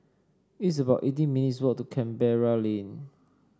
it's about eighteen minutes' walk to Canberra Lane